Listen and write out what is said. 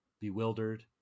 bewildered